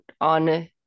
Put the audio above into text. on